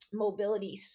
mobilities